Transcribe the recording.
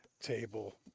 table